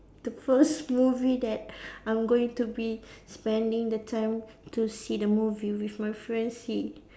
the first movie that I'm going to be spending the time to see the movie with my fiance